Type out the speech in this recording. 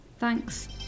Thanks